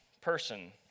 person